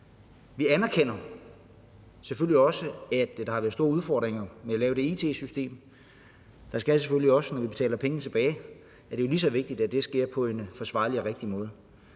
Vi anerkender selvfølgelig også, at der har været store udfordringer med at lave det it-system. Når vi betaler pengene tilbage, er det jo lige så vigtigt, at det sker på en forsvarlig og rigtig måde.